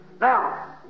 Now